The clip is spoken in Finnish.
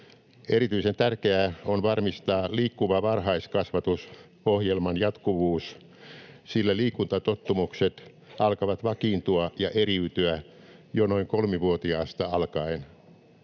Erityisen tärkeää on varmistaa Liikkuva varhaiskasvatus ‑ohjelman jatkuvuus, sillä liikuntatottumukset alkavat vakiintua ja eriytyä jo noin kolmevuotiaasta alkaen.